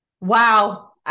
Wow